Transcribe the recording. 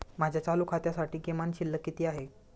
माझ्या चालू खात्यासाठी किमान शिल्लक किती आहे?